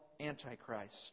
Antichrist